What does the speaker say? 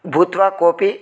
भूत्वा कोपि